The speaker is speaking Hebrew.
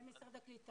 לא,